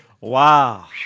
Wow